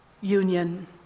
union